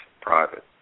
private